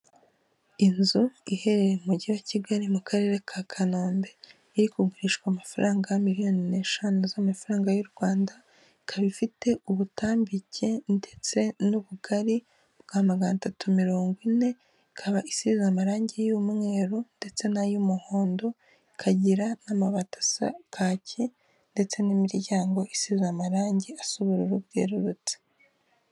Inzu iherereye mu mujyi wa Kigali mu karere ka Kanombe, iri kugurishwa amafaranga miliyoni eshanu z'amafaranga y'u Rwanda, ikaba ifite ubutambike ndetse n'ubugari bwa magana atatu mirongo ine, ikaba isize amarangi y'umweru ndetse n'ay'umuhondo ikagira n'amabatasa kaki, ndetse n'imiryango isize amarangi asa ubururu bwerurutse.